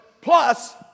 plus